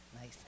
Nice